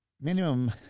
minimum